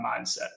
mindset